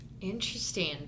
interesting